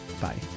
bye